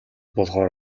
болохоор